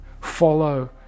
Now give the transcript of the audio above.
follow